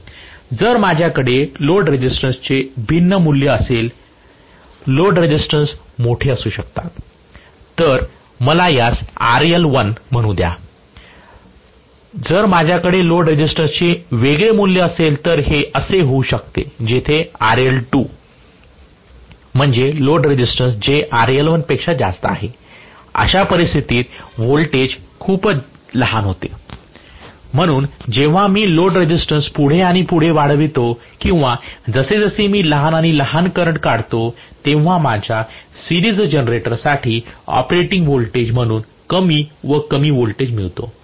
जर माझ्याकडे लोड रेझिस्टन्सचे भिन्न मूल्य असेल लोड रेझिस्टन्स मोठे असू शकतात तर मला यास RL1 म्हणू द्या जर माझ्याकडे लोड रेझिस्टन्सचे वेगळे मूल्य असेल तर हे असे होऊ शकते जेथे RL2 म्हणजे लोड रेझिस्टन्स जे RL1 पेक्षा जास्त आहे अशा परिस्थितीत व्होल्टेज खूपच लहान होते म्हणून जेव्हा मी लोड रेझिस्टन्स पुढे आणि पुढे वाढवितो किंवा जसजसे मी लहान आणि लहान करंट काढतो तेव्हा माझ्या सिरीज जनरेटरसाठी ऑपरेटिंग व्होल्टेज म्हणून कमी व कमी व्होल्टेज मिळतो